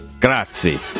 Grazie